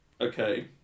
okay